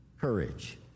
Courage